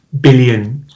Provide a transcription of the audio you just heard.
billion